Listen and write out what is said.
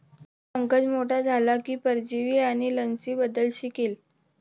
पंकज मोठा झाला की परजीवी आणि लसींबद्दल शिकेल